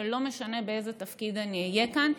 ולא משנה באיזה תפקיד אני אהיה כאן,